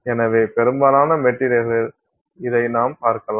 எனவே பெரும்பாலான மெட்டீரியல்களில் இதை நாம் பார்க்கலாம்